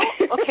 okay